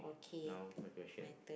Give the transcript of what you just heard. now my question